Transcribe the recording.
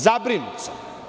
Zabrinut sam.